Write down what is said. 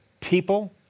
people